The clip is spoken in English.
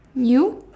you